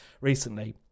recently